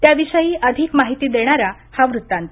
त्याविषयी अधिक माहिती देणारा हा वृत्तांत